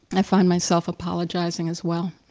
i find myself apologizing as well.